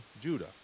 Judah